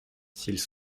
s’ils